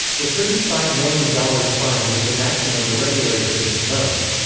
the thirty five million dollars fine was the maximum the regulator could impose.